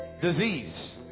Disease